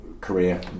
career